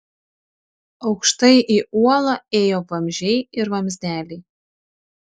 aukštai į uolą ėjo vamzdžiai ir vamzdeliai